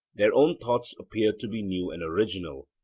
their own thoughts appeared to be new and original,